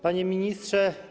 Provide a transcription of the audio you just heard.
Panie Ministrze!